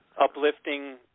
uplifting